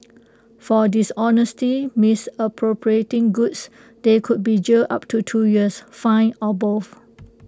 for dishonestly misappropriating goods they could be jailed up to two years fined or both